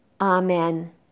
Amen